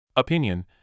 Opinion